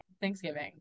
thanksgiving